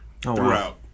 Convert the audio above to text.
throughout